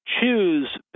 choose